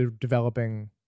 developing